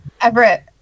Everett